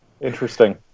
interesting